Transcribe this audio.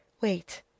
WAIT